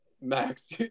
Max